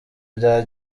bya